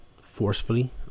forcefully